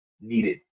needed